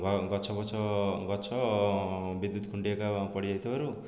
ଗଛଫଛ ଗଛ ବିଦ୍ୟୁତ ଖୁଣ୍ଟି ହେରିକା ଉପୁଡ଼ି ଯାଇଥିବାରୁ